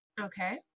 Okay